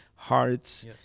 Hearts